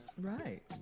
Right